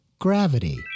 gravity